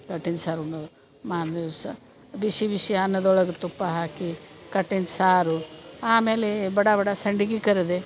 ಕಟ್ಟಿನ ಸಾರು ಉಣ್ಣೋದು ಮಾರನೇ ದಿವಸ ಬಿಸಿ ಬಿಸಿ ಅನ್ನದೊಳಗ ತುಪ್ಪ ಹಾಕಿ ಕಟ್ಟಿನ ಸಾರು ಆಮೇಲೆ ಬಡಾ ಬಡಾ ಸಂಡ್ಗಿ ಕರಿದೆ